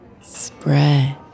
spread